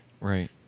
right